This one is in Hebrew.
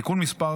(תיקון מס'